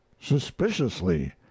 suspiciously